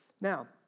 Now